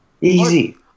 Easy